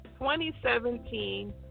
2017